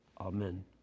Amen